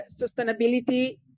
sustainability